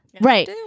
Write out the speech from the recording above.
right